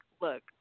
look